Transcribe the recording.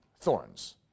thorns